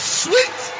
sweet